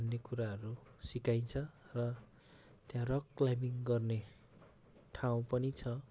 भन्ने कुराहरू सिकाइन्छ र त्यहाँ रक क्लाइम्बिङ गर्ने ठाउँ पनि छ